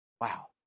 Wow